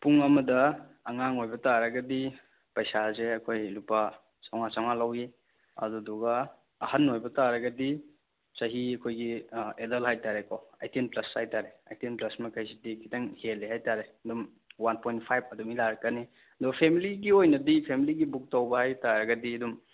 ꯄꯨꯡ ꯑꯃꯗ ꯑꯉꯥꯡ ꯑꯣꯏꯕ ꯇꯥꯔꯒꯗꯤ ꯄꯩꯁꯥꯁꯦ ꯑꯩꯈꯣꯏ ꯂꯨꯄꯥ ꯆꯥꯥꯝꯃꯉꯥ ꯆꯥꯝꯃꯉꯥ ꯂꯧꯋꯤ ꯑꯗꯨꯗꯨꯒ ꯑꯍꯟ ꯑꯣꯏꯕ ꯇꯥꯔꯒꯗꯤ ꯆꯍꯤ ꯑꯩꯈꯣꯏꯒꯤ ꯑꯦꯗꯜ ꯍꯥꯏꯇꯥꯔꯦꯀꯣ eighteen plus hectare eighteen plus ꯃꯈꯩꯁꯤꯗꯤ ꯈꯤꯇꯪ ꯍꯦꯜꯂꯦ ꯍꯥꯏꯇꯥꯔꯦ ꯑꯗꯨꯝ ꯋꯥꯟ ꯄꯣꯏꯟ ꯐꯥꯏꯕ ꯑꯗꯨꯃꯥꯏꯅ ꯂꯥꯛꯀꯅꯤ ꯑꯗꯣ ꯐꯦꯃꯤꯂꯤꯒꯤ ꯑꯣꯏꯅꯗꯤ ꯐꯦꯃꯤꯂꯤꯒꯤ ꯕꯨꯛ ꯇꯧꯕ ꯍꯥꯏꯇꯥꯔꯒꯗꯤ ꯑꯗꯨꯝ